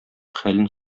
хәлен